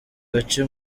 gace